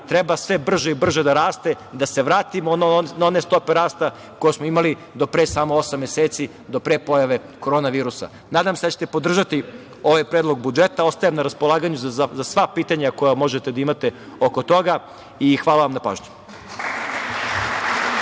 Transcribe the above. treba sve brže i brže da raste, da se vratimo na one stope rasta koje smo imali do pre samo osam meseci, do pre pojave korona virusa. Nadam se da ćete podržati ovaj Predlog budžeta. Ostajem na raspolaganju za sva pitanja koja možete da imate oko toga. Hvala vam na pažnji.